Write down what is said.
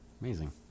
Amazing